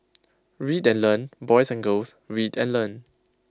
read and learn boys and girls read and learn